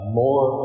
more